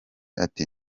ati